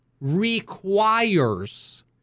requires